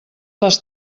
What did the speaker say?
les